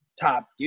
top